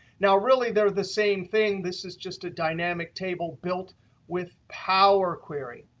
now, really they're the same thing. this is just a dynamic table built with power query.